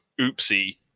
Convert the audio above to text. oopsie